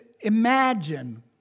imagine